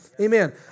amen